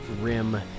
rim